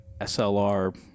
SLR